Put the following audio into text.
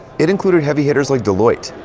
it included heavy hitters like deloitte,